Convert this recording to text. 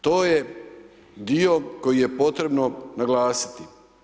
To je dio koji je potrebno naglasiti.